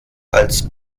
als